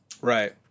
Right